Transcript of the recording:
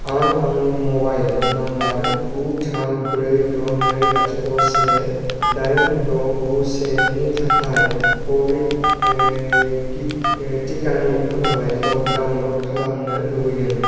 आं आंनि mobile number गु थाम ब्रै द' नै लाथिख' से दाइन द' गु सेनि थाखाय क'विड टिकानि फोरमानलाइखौ डाउनल'ड खालामनो लुबैदों